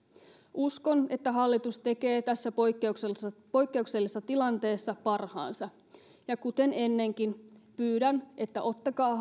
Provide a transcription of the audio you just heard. uskon että hallitus tekee tässä poikkeuksellisessa tilanteessa parhaansa ja kuten ennenkin pyydän että ottakaa